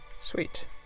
Sweet